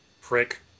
Prick